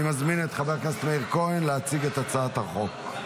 אני מזמין את חבר הכנסת מאיר כהן להציג את הצעת החוק.